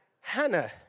Hannah